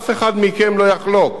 אף אחד מכם לא יחלוק,